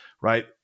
right